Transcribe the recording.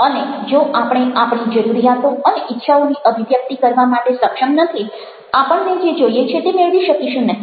અને જો આપણે આપણી જરૂરિયાતો અને ઇચ્છાઓની અભિવ્યક્તિ કરવા માટે સક્ષમ નથી આપણને જે જોઈએ છે તે મેળવી શકીશું નહિ